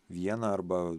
vieną arba